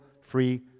free